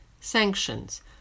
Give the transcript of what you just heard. sanctions